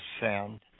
sound